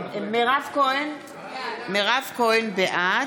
מירב כהן, בעד